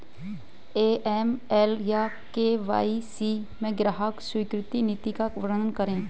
AML या KYC में ग्राहक स्वीकृति नीति का वर्णन करें?